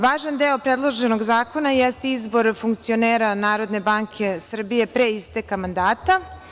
Važan deo predloženog zakona jeste izbor funkcionera NBS pre isteka mandata.